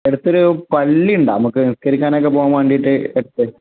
അടുത്തൊരു പള്ളി ഉണ്ടോ നമുക്ക് നിസ്കരിക്കാൻ ഒക്കെ പോകാൻ വേണ്ടിയിട്ട് അടുത്ത്